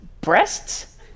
breasts